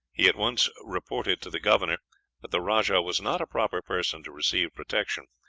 he at once reported to the governor that the rajah was not a proper person to receive protection,